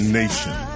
nation